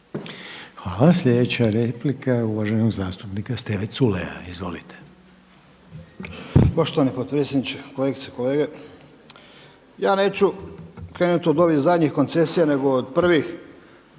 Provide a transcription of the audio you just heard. Hvala. Sljedeća replika je uvaženog zastupnika Steve Culeja, izvolite.